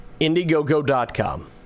indiegogo.com